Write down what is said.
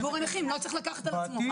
ציבור הנכים לא צריך לקחת על עצמו,